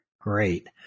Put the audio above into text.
Great